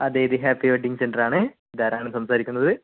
അതെ ഇത് happy wedding സെൻ്ററാണ് ഇതാരാണ് സംസാരിക്കുന്നത്